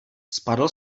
spadl